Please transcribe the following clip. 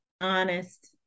honest